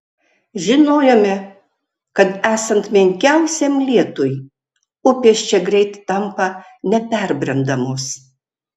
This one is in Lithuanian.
žinojome kad esant menkiausiam lietui upės čia greit tampa neperbrendamos